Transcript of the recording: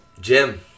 Jim